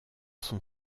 son